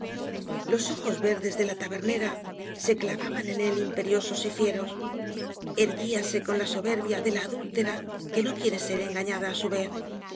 loe ojos verdes de la tabernera se clavab a en éi inaperiobos y fierce erguíase con la soberbia de la adúltera que no quiere ser engañada á bu vez pero